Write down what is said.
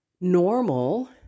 normal